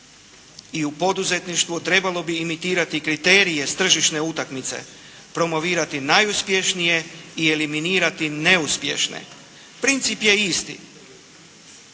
i u poduzetništvu trebalo bi imitirati kriterije s tržišne utakmice, promovirati najuspješnije i eliminirati neuspješne. Princip je isti.